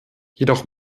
jedoch